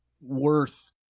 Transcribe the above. worth